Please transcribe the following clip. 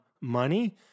money